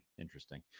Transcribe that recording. Interesting